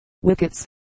wickets